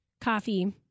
Coffee